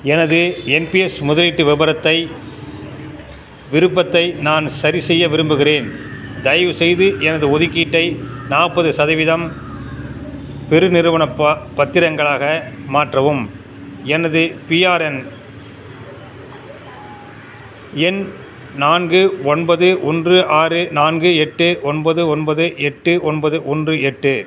எனது என்பிஎஸ் முதலீட்டு விபரத்தை விருப்பத்தை நான் சரி செய்ய விரும்புகிறேன் தயவுசெய்து எனது ஒதுக்கீட்டை நாற்பது சதவீதம் பெருநிறுவனப் ப பத்திரங்களாக மாற்றவும் எனது பிஆர்என் எண் நான்கு ஒன்பது ஒன்று ஆறு நான்கு எட்டு ஒன்பது ஒன்பது எட்டு ஒன்பது ஒன்று எட்டு